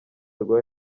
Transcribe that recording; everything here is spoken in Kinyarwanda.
rwa